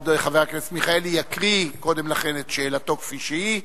חבר הכנסת מיכאלי יקריא קודם לכן את שאלתו כפי שהיא,